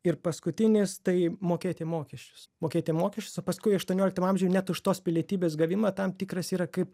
ir paskutinis tai mokėti mokesčius mokėti mokesčius o paskui aštuonioliktam amžiuj net už tos pilietybės gavimą tam tikras yra kaip